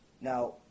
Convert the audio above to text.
Now